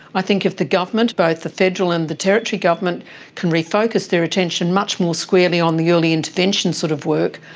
i think if the government, both the federal and the territory government can refocus their attention much more squarely on the early intervention sort of work,